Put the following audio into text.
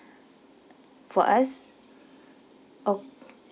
for us okay